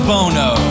Bono